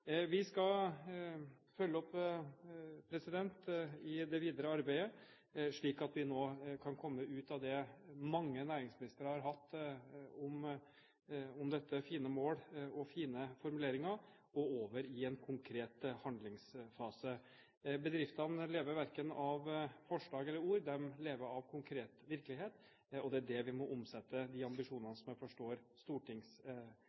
Vi skal følge opp i det videre arbeidet, slik at vi nå kan komme ut av det mange næringsministre har hatt om dette – fine mål og fine formuleringer – og over i en konkret handlingsfase. Bedriftene lever verken av forslag eller ord, de lever av konkret virkelighet, og det er til den vi må omsette de ambisjonene